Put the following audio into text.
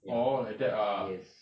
ya yes